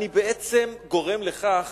אני בעצם גורם לכך